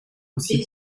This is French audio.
aussi